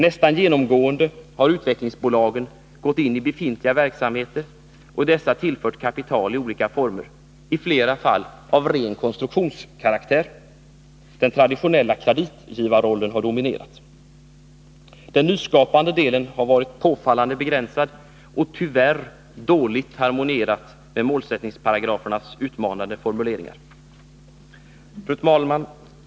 Nästan genomgående har utvecklingsbolagen gått in i befintliga verksamheter och i dessa tillfört kapital i olika former, i flera fall av ren rekonstruktionskaraktär. Den traditionella kreditgivarrollen har dominerat. Den nyskapande delen har varit påfallande begränsad och tyvärr dåligt harmonierad med målsättningsparagrafens utmanande formuleringar. Herr talman!